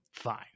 Fine